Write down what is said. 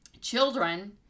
children